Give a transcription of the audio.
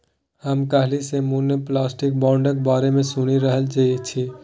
हम काल्हि सँ म्युनिसप्लिटी बांडक बारे मे सुनि रहल छी